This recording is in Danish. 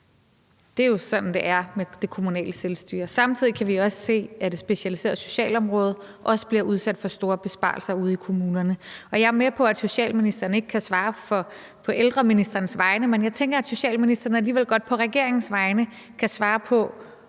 Det er jo sådan, det er med det kommunale selvstyre. Samtidig kan vi også se, at det specialiserede socialområde også bliver udsat for store besparelser ude i kommunerne. Jeg er med på, at socialministeren ikke kan svare på ældreministerens vegne, men jeg tænker, at socialministeren alligevel godt på regeringens vegne kan svare på,